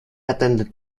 attended